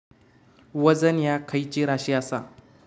वजन ह्या खैची राशी असा?